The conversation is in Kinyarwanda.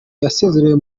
yasezerewe